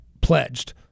pledged